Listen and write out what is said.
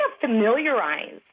familiarize